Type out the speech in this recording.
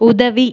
உதவி